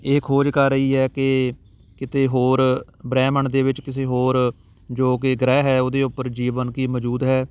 ਇਹ ਖੋਜ ਕਰ ਰਹੀ ਹੈ ਕਿ ਕਿਤੇ ਹੋਰ ਬ੍ਰਹਿਮੰਡ ਦੇ ਵਿੱਚ ਕਿਸੇ ਹੋਰ ਜੋ ਕਿ ਗ੍ਰਹਿ ਹੈ ਉਹਦੇ ਉੱਪਰ ਜੀਵਨ ਕੀ ਮੌਜੂਦ ਹੈ